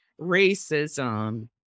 racism